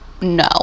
no